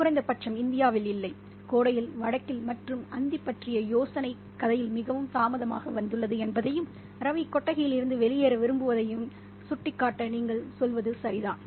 குறைந்த பட்சம் இந்தியாவில் இல்லை கோடையில் வடக்கில் மற்றும் அந்தி பற்றிய யோசனை கதையில் மிகவும் தாமதமாக வந்துள்ளது என்பதையும் ரவி கொட்டகையிலிருந்து வெளியேற விரும்புவதையும் சுட்டிக்காட்ட நீங்கள் சொல்வது சரிதான்